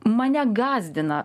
mane gąsdina